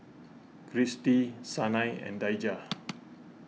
Cristy Sanai and Daija